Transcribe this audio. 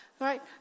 right